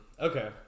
okay